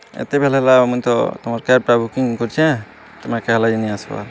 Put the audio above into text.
ଏତେବେଲ୍ ହେଲା ଆଉ ମୁଇଁ ତ ତମର୍ କ୍ୟାବ୍ଟା ବୁକିଂ କରିଚେଁ ତୁମେ କାଁ ହେଲାଯେ ନେଇ ଆସ୍ବା